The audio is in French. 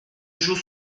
jour